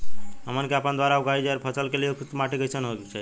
हमन के आपके द्वारा उगाई जा रही फसल के लिए उपयुक्त माटी कईसन होय के चाहीं?